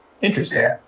Interesting